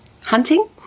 hunting